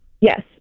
Yes